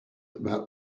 about